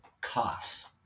costs